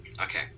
Okay